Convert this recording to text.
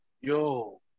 Yo